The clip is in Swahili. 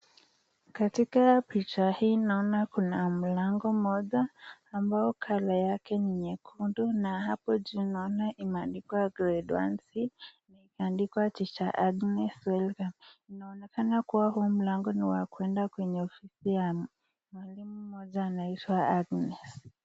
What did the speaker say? Katika picha hii naona kuna mlango mmoja ambao color yake ni nyekundu na hapo juu naona imeandikwa grade one c imeandikwa Tr . Agnes welcome . Inaonekana kuwa huu mlango ni wa kwenda kwenye ofisi ya mwalimu mmoja anaitwa Agnes.